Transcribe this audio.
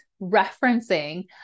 referencing